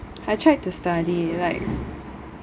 I tried to study like